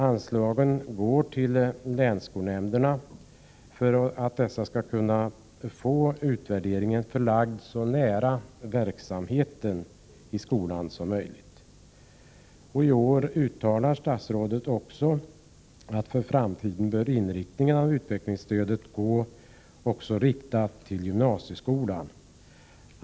Anslagen går till länsskolnämnderna för att dessa skall kunna få utvärderingen förlagd så nära verksamheten i skolan som möjligt. I år uttalar statsrådet att utvecklingsstödet också för framtiden bör inriktas mot gymnasieskolan.